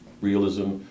realism